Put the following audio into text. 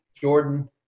jordan